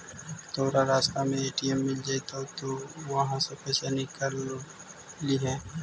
तोरा रास्ता में ए.टी.एम मिलऽ जतउ त उहाँ से पइसा निकलव लिहे